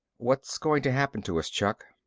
what's going to happen to us, chuck?